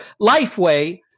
Lifeway